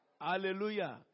Hallelujah